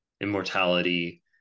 immortality